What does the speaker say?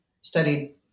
studied